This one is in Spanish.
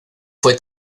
fue